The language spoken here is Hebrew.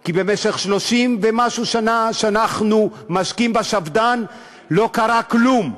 כי במשך 30 שנה ומשהו שאנחנו משקים בשפד"ן לא קרה כלום.